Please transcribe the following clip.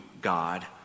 God